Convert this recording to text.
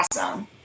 awesome